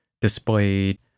displayed